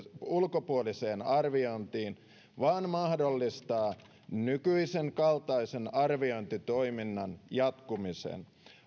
ulkopuoliseen arviointiin vaan mahdollistaa nykyisen kaltaisen arviointitoiminnan jatkumisen